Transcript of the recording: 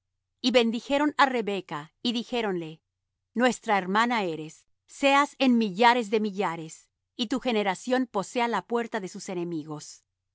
y bendijeron á rebeca y dijéronle nuestra hermana eres seas en millares de millares y tu generación posea la puerta de sus enemigos